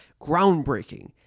groundbreaking